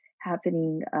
happening